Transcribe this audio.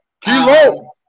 Kilo